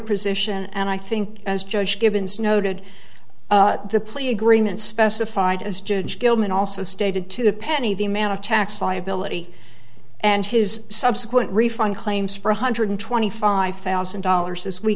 position and i think as judge gibbons noted the plea agreement specified as judge gilman also stated to the penny the amount of tax liability and his subsequent refund claims for one hundred twenty five thousand dollars as we